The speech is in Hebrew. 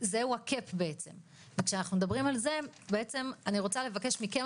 זהו הקאפ בעצם וכשאנחנו מדברים על זה אני רוצה לבקש מכם,